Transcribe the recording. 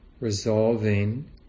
resolving